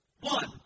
one